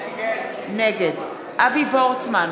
נגד אבי וורצמן,